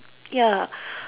ya